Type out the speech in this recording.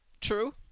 True